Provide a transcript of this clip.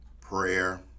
prayer